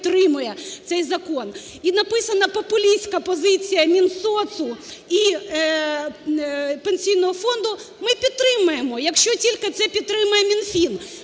І написана популістська позиція Мінсоцу і Пенсійного фонду: "Ми підтримаємо, якщо тільки це підтримає Мінфін".